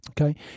okay